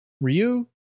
Ryu